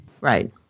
right